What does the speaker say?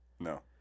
No